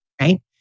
right